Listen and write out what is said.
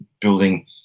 building